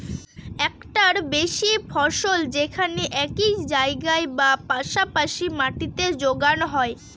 একটার বেশি ফসল যেখানে একই জায়গায় বা পাশা পাশি মাটিতে যোগানো হয়